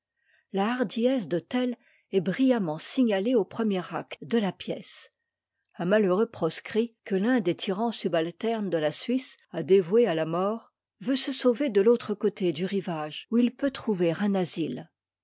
la hardiesse de tell est brillamment signalée au premier acte de la pièce un malheureux proscrit que l'un des tyrans subalternes de la suisse a dévoué à la mort veut se sauver de l'autre coté du rivage où il peut trouver un asile